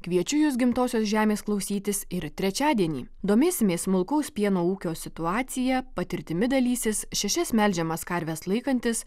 kviečiu jus gimtosios žemės klausytis ir trečiadienį domėsimės smulkaus pieno ūkio situacija patirtimi dalysis šešias melžiamas karves laikantys